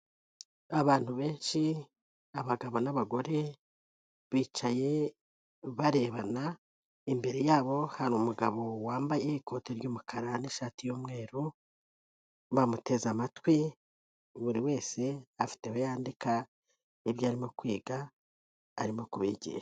Abantu benshi, abagabo n'abagore, bicaye barebana, imbere yabo hari umugabo wambaye ikote ry'umukara n'ishati y'umweru, bamuteze amatwi, buri wese afite aho yandika, ibyo arimo kwiga, arimo kubigisha.